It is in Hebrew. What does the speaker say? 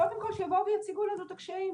קודם כל שיבואו ויציגו לנו את הקשיים.